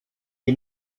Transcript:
est